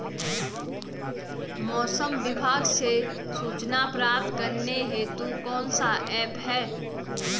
मौसम विभाग से सूचना प्राप्त करने हेतु कौन सा ऐप है?